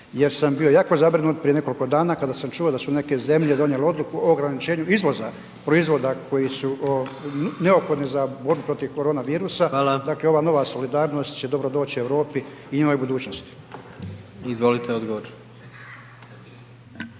jer sam bio jako zabrinut prije nekoliko dana da su neke zemlje donijele odluku o ograničenju izvoza proizvoda koji su neophodni za borbu protiv korona virusa, dakle …/Upadica: Hvala./… ova nova solidarnost će dobro doći Europi i novoj budućnosti. **Jandroković,